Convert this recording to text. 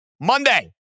Monday